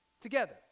together